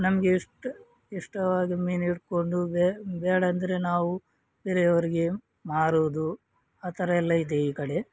ನಮಗೆ ಇಷ್ಟ ಇಷ್ಟವಾದ ಮೀನು ಹಿಡ್ಕೊಂಡು ಬೇ ಬೇಡ ಅಂದ್ರೆ ನಾವು ಬೇರೆಯವರಿಗೆ ಮಾರೋದು ಆ ಥರ ಎಲ್ಲ ಇದೆ ಈ ಕಡೆ